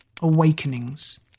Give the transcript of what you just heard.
Awakenings